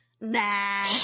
Nah